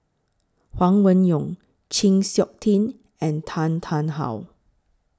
Huang Wenhong Chng Seok Tin and Tan Tarn How